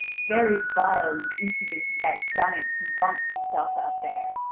very vile and impudent is that giant who vaunts himself out there.